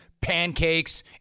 pancakes